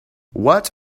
what